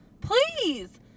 please